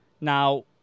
now